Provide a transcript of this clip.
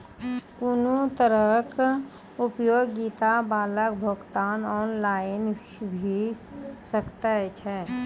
कुनू तरहक उपयोगिता बिलक भुगतान ऑनलाइन भऽ सकैत छै?